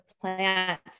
plant